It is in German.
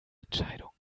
entscheidung